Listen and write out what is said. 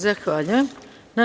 Zahvaljujem se.